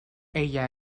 ella